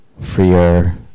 freer